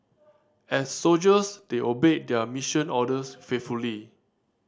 as soldiers they obeyed their mission orders faithfully